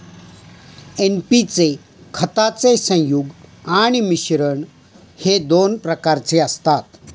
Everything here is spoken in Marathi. एन.पी चे खताचे संयुग आणि मिश्रण हे दोन प्रकारचे असतात